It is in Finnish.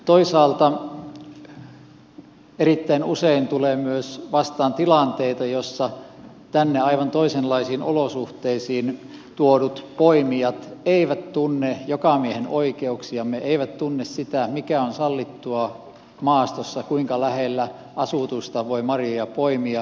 toisaalta erittäin usein tulee myös vastaan tilanteita joissa tänne aivan toisenlaisiin olosuhteisiin tuodut poimijat eivät tunne jokamiehenoikeuksiamme eivät tunne sitä mikä on sallittua maastossa kuinka lähellä asutusta voi marjoja poimia ja näin edelleen